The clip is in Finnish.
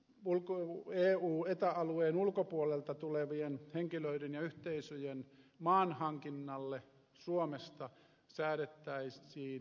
ulkoinen esitän että eueta alueen ulkopuolelta tulevien henkilöiden ja yhteisöjen maanhankinnalle suomesta säädettäisiin lupamenettely